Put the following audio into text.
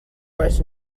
was